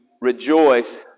rejoice